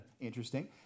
interesting